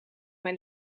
mijn